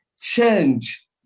change